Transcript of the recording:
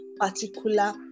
particular